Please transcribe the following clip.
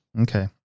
Okay